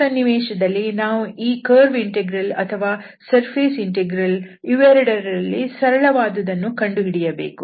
ಈ ಸನ್ನಿವೇಶದಲ್ಲಿ ನಾವು ಈ ಕರ್ವ್ ಇಂಟೆಗ್ರಲ್ ಅಥವಾ ಸರ್ಫೇಸ್ ಇಂಟೆಗ್ರಲ್ ಇವೆರಡರಲ್ಲಿ ಸರಳವಾದುದನ್ನು ಕಂಡುಹಿಡಿಯಬೇಕು